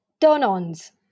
turn-ons